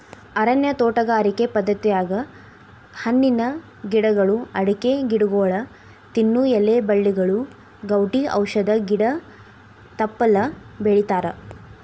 ಅರಣ್ಯ ತೋಟಗಾರಿಕೆ ಪದ್ಧತ್ಯಾಗ ಹಣ್ಣಿನ ಗಿಡಗಳು, ಅಡಕಿ ಗಿಡಗೊಳ, ತಿನ್ನು ಎಲಿ ಬಳ್ಳಿಗಳು, ಗೌಟಿ ಔಷಧ ಗಿಡ ತಪ್ಪಲ ಬೆಳಿತಾರಾ